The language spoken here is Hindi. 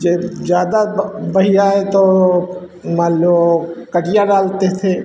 ज़्यादा बढ़ियाँ है तो मान लो कटिया डालते थे